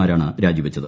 മാരാണ് രാജിവച്ചത്